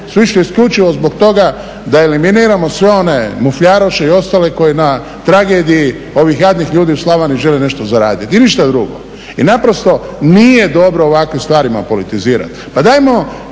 su išle isključivo zbog toga da eliminiramo sve one mufljaroše i ostale koji na tragediji ovih jadnih ljudi u Slavoniji žele nešto zaraditi i ništa drugo. I naprosto nije dobro o ovakvim stvarima politizirati. Pa dajmo,